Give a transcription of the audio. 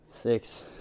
six